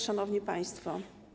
Szanowni Państwo!